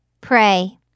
pray